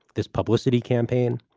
this publicity campaign,